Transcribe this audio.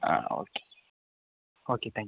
ah okay okay thank you